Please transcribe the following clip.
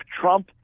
Trump